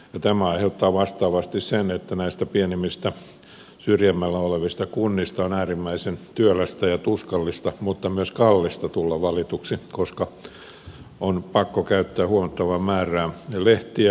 tämä aiheuttaa vastaavasti sen että pienemmistä syrjemmällä olevista kunnista on äärimmäisen työlästä ja tuskallista mutta myös kallista tulla valituksi koska on pakko käyttää huomattavaa määrää lehtiä